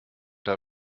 habe